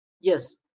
Yes